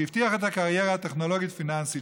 שהבטיח את הקריירה הטכנולוגית-פיננסית